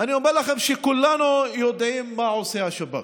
אני אומר שכולנו יודעים מה עושה השב"כ.